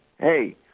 hey